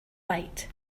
white